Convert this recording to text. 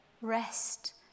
rest